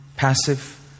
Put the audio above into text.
Passive